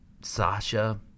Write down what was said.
Sasha